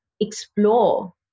explore